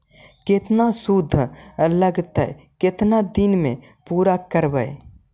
केतना शुद्ध लगतै केतना दिन में पुरा करबैय?